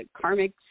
karmic